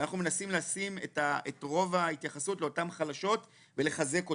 אנחנו מנסים לשים את רוב ההתייחסות לאותן חלשות ולחזק אותן.